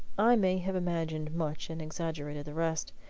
i may have imagined much and exaggerated the rest.